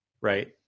right